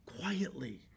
quietly